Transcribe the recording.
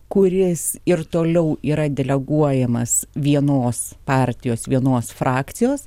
kuris ir toliau yra deleguojamas vienos partijos vienos frakcijos